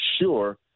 sure